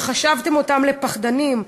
שחשבתם אותם לפחדנים,